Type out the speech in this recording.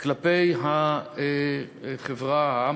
עם החברה היהודית,